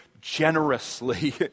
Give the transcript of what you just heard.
generously